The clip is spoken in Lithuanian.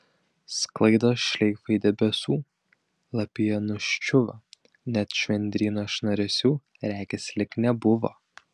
sklaidos šleifai debesų lapija nuščiuvo net švendryno šnaresių regis lyg nebuvo